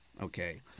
okay